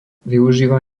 využíva